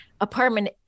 apartment